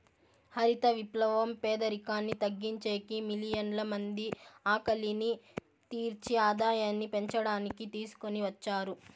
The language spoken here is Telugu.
హరిత విప్లవం పేదరికాన్ని తగ్గించేకి, మిలియన్ల మంది ఆకలిని తీర్చి ఆదాయాన్ని పెంచడానికి తీసుకొని వచ్చారు